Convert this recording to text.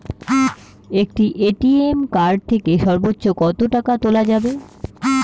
একটি ATM card থেকে সর্বোচ্চ কত টাকা তোলা যাবে?